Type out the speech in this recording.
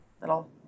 little